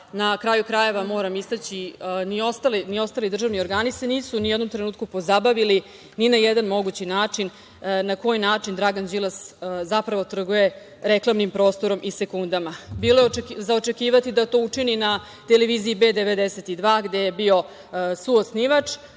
na kraju krajeva, moram istaći, ni ostali državni organi se nisu ni u jednom trenutku pozabavili ni na jedan mogući način na koji način Dragan Đilas zapravo trguje reklamnim prostorom i sekundama. Bilo je za očekivati da to učini na TV B92, gde je bio suosnivač,